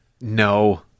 No